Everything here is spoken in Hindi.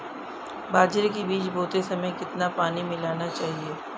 बाजरे के बीज बोते समय कितना पानी मिलाना चाहिए?